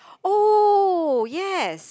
oh yes